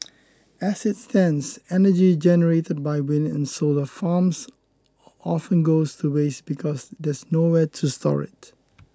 as it stands energy generated by wind and solar farms often goes to waste because there's nowhere to store it